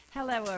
Hello